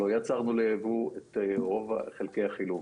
לא עצרנו ליבוא את רוב חלקי החילוף.